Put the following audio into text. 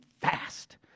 fast